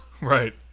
Right